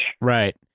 Right